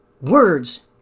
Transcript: words